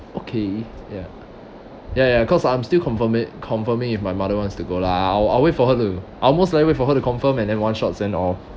okay ya ya ya cause I'm still confirm it confirming if my mother wants to go lah I'll I'll wait for her to I most likely wait for her to confirm and then one shots and all